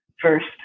first